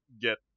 get